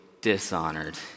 dishonored